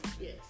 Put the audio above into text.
Yes